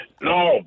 No